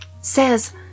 says